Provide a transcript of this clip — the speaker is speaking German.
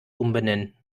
umbenennen